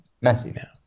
Massive